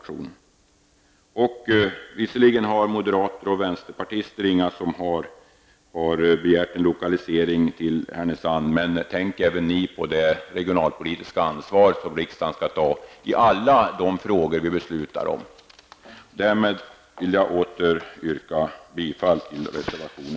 Vidare har varken moderaterna eller vänsterpartisterna begärt en lokalisering till Härnösand, men jag vill uppmana även dem att tänka på det regionalpolitiska ansvaret som riksdagen skall ta vid alla beslut. Därmed vill jag återigen yrka bifall till reservation